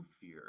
fear